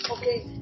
Okay